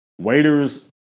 Waiters